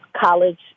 college